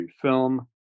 film